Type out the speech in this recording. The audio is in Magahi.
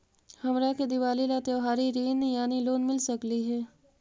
हमरा के दिवाली ला त्योहारी ऋण यानी लोन मिल सकली हे?